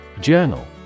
Journal